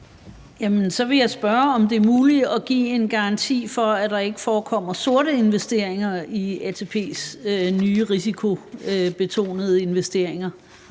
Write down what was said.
jeg spørge, om det er muligt at give en garanti for, at der ikke forekommer sorte investeringer i ATP's nye risikobetonede investeringer.